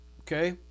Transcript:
okay